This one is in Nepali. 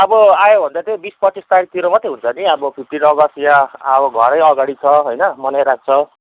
अब आयो भने त तै बिस पच्चिस तारिकतिर मात्रै हुन्छ नि अब फिफ्टिन अगस्त यहाँ अब घरै अगाडि छ होइन मनाइरहेको छ